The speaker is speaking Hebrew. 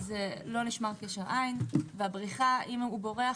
לא נשמר קשר עין, והבריחה, אם בורח,